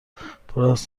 من، پراز